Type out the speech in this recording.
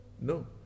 No